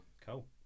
cool